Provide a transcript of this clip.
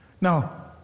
Now